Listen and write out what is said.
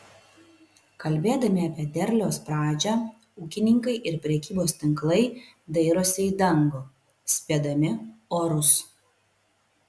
kalbėdami apie derliaus pradžią ūkininkai ir prekybos tinklai dairosi į dangų spėdami orus